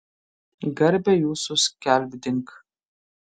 garbę jūsų skelbdink